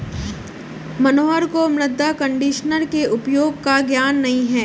मनोहर को मृदा कंडीशनर के उपयोग का ज्ञान नहीं है